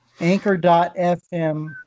Anchor.fm